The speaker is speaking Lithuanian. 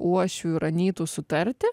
uošvių ir anytų sutarti